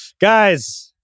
guys